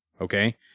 okay